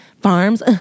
farms